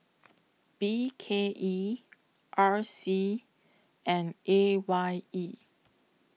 B K E R C and A Y E